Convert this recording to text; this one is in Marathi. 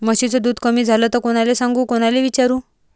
म्हशीचं दूध कमी झालं त कोनाले सांगू कोनाले विचारू?